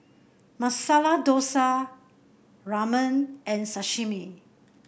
Masala Dosa Ramen and Sashimi